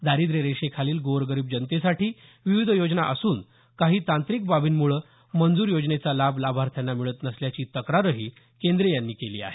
दारिद्र्य रेषेखालील गोरगरीब जनतेसाठी विविध योजना असून काही तांत्रिक बाबींमुळे मंजूर योजनेचा लाभ लाभार्थ्यांना मिळत नसल्याची तक्रारही केंद्रे यांनी केली आहे